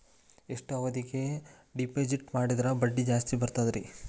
ಎಷ್ಟು ಅವಧಿಗೆ ಡಿಪಾಜಿಟ್ ಮಾಡಿದ್ರ ಬಡ್ಡಿ ಜಾಸ್ತಿ ಬರ್ತದ್ರಿ?